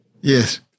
Yes